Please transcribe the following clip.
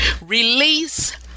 Release